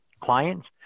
clients